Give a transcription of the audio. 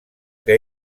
que